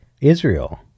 Israel